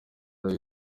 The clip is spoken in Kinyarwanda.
nawe